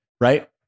Right